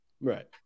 Right